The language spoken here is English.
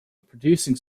producing